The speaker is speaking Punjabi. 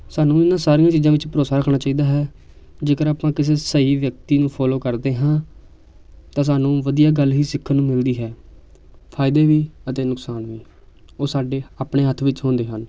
ਸਾਨੂੰ ਇਹਨਾਂ ਸਾਰੀਆਂ ਚੀਜ਼ਾਂ ਵਿੱਚ ਭਰੋਸਾ ਰੱਖਣਾ ਚਾਹੀਦਾ ਹੈ ਜੇਕਰ ਆਪਾਂ ਕਿਸੇ ਸਹੀ ਵਿਅਕਤੀ ਨੂੰ ਫੋਲੋ ਕਰਦੇ ਹਾਂ ਤਾਂ ਸਾਨੂੰ ਵਧੀਆ ਗੱਲ ਹੀ ਸਿੱਖਣ ਨੂੰ ਮਿਲਦੀ ਹੈ ਫਾਇਦੇ ਵੀ ਅਤੇ ਨੁਕਸਾਨ ਵੀ ਉਹ ਸਾਡੇ ਆਪਣੇ ਹੱਥ ਵਿੱਚ ਹੁੰਦੇ ਹਨ